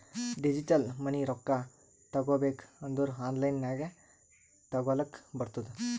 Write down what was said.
digital money ರೊಕ್ಕಾ ತಗೋಬೇಕ್ ಅಂದುರ್ ಆನ್ಲೈನ್ ನಾಗೆ ತಗೋಲಕ್ ಬರ್ತುದ್